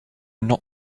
not